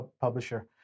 publisher